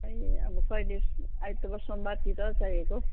खोइ अब कहिले आइतबार सोमबारतिर चाहिएको